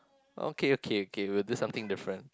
okay okay okay we will do something different